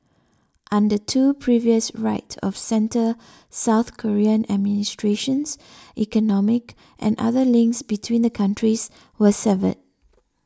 under two previous right of centre South Korean administrations economic and other links between the countries were severed